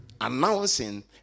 announcing